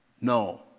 No